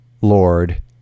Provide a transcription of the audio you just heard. Lord